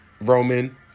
Roman